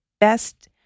best